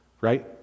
Right